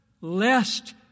lest